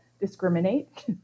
discriminate